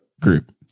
group